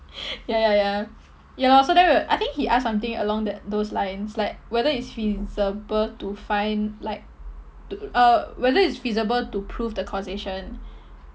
ya ya ya ya lor so then we were I think he asked something along that those lines like whether it's feasible to find like to uh whether it's feasible to prove the causation